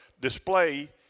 display